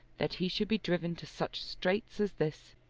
that he should be driven to such straits as this!